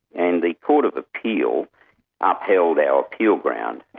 and the court of appeal upheld our appeal ground.